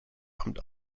amt